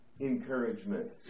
encouragement